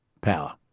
Power